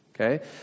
Okay